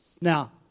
Now